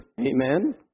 Amen